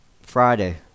Friday